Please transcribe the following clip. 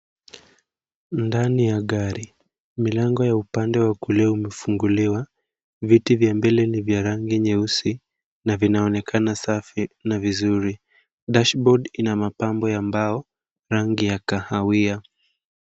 Ndani ya gari, milango ya upande wa kulia imefunguliwa, viti vya mbele ni vya rangi nyeusi na vinaonekana safi na vizuri. Dashibodi ina mapambo ya mbao, rangi ya kahawia.